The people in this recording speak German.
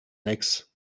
rex